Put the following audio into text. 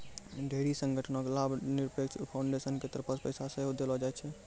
ढेरी संगठनो के लाभनिरपेक्ष फाउन्डेसन के तरफो से पैसा सेहो देलो जाय छै